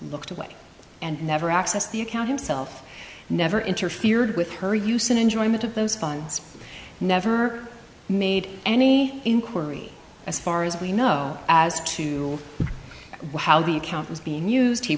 looked away and never access the account himself never interfered with her use and enjoyment of those funds never made any inquiry as far as we know as to how the account was being